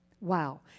Wow